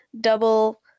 double